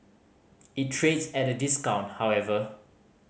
it trades at a discount however